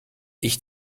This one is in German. ich